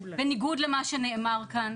בניגוד למה שנאמר כאן,